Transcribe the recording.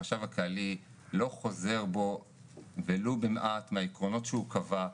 החשב הכללי לא חוזר בו ולו במעט מהעקרונות שהוא קבע.